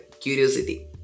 curiosity